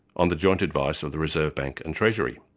on the joint advice of the reserve bank and treasury.